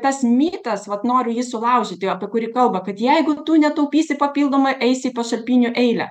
tas mitas vat noriu jį sulaužyti apie kurį kalba kad jeigu tu netaupysi papildomai eisi į pašalpinių eilę